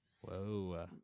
Whoa